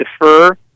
defer